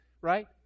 right